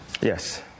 yes